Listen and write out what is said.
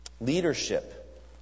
Leadership